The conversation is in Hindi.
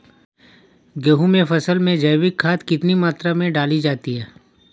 गेहूँ की फसल में जैविक खाद कितनी मात्रा में डाली जाती है?